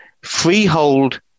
freehold